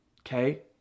okay